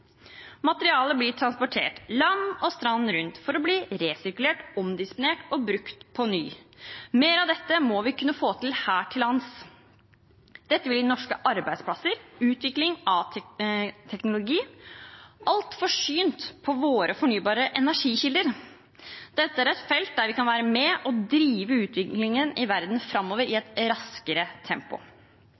Materialet blir transportert land og strand rundt for å bli resirkulert, omdisponert og brukt på ny. Mer av dette må vi kunne få til her til lands. Dette vil gi norske arbeidsplasser, utvikling av teknologi – alt forsynt fra våre fornybare energikilder. Dette er et felt der vi kan være med på å drive utviklingen i verden framover i et raskere tempo.